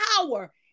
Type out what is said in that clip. power